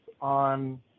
on